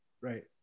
Right